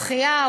שחייה,